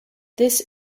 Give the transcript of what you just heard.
this